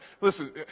Listen